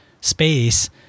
space